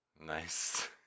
Nice